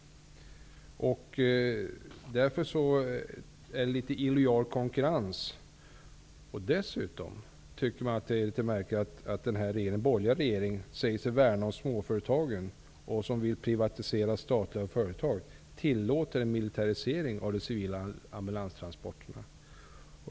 Jag anser att det är illojal konkurrens. Det är också märkligt att den borgerliga regeringen, som säger sig värna om småföretagen och som vill privatisera statliga företag, tillåter en militarisering av de civila ambulanstransporterna.